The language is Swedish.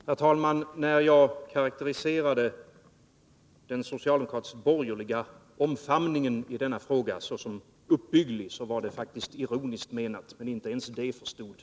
Herr talman! När jag karakteriserade den socialdemokratiska-borgerliga Onsdagen den omfamningen i denna fråga såsom uppbygglig, var det faktiskt ironiskt 24 november 1982 menat.